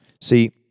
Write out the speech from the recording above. See